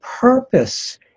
Purpose